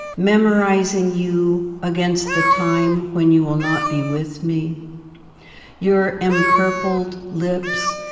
memorizing you against the time when you will not be with me your empurpled lips,